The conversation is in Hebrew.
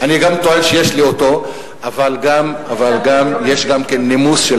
אני שומע את דבריך, אפילו את דברי הנאצה שלך.